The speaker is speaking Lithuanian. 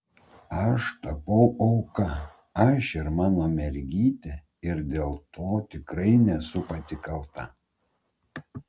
aš tapau auka aš ir mano mergytė ir dėl to tikrai nesu pati kalta